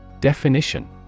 Definition